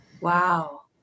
Wow